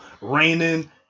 raining